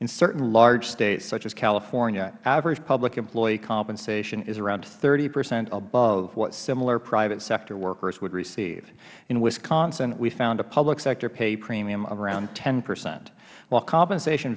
in certain large states such as california average public employee compensation is around thirty percent above what similar private sector workers would receive in wisconsin we found a public sector pay premium of around ten percent while compensation